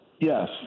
Yes